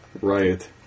riot